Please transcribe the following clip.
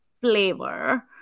flavor